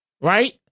Right